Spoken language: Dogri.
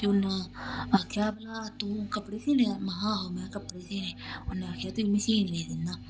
फ्ही उन्न आखेआ भला तूं कपड़े सीन्ने महां आहो में कपड़े सीने उन्नै आखेआ तुगी मशीन लेई दिन्नां